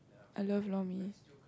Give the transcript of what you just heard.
I love lor-mee